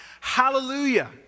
Hallelujah